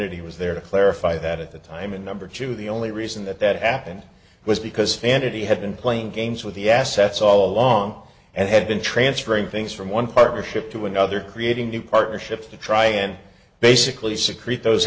fantasy was there to clarify that at the time and number two the only reason that that happened was because fantasy had been playing games with the assets all along and had been transferring things from one partnership to another creating new partnerships to try again basically secrete those